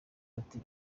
ati